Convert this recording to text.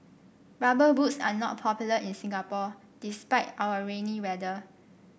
rubber boots are not popular in Singapore despite our rainy weather